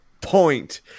Point